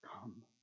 Come